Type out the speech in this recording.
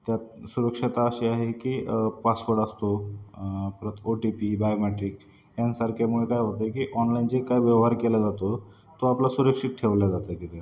त्यात सुरक्षा अशी आहे की पासवर्ड असतो परत ओ टी पी बायोमॅट्रिक यांसारख्यामुळे काय होतं की ऑनलाईन जे काय व्यवहार केला जातो तो आपला सुरक्षित ठेवल्या जाते तिथे